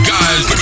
Guys